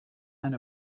and